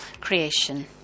creation